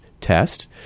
test